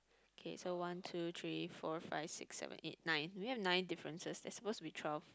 okay so one two three four five six seven eight nine do we have nine differences there's supposed to be twelve